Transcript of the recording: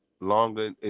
longer